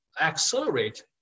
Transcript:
accelerate